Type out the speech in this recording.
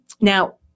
Now